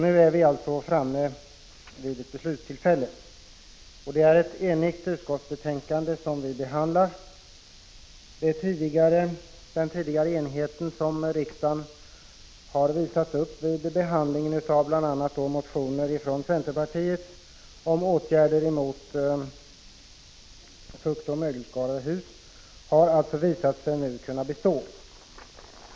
Nu är vi alltså framme vid beslutstillfället, och det är ett enigt utskottsbetänkande som vi behandlar. Den tidigare enigheten, som riksdagen har visat upp vid behandlingen av bl.a. motioner från centerpartiet om åtgärder mot fuktoch mögelskador i hus, har alltså nu visat sig kunna bestå.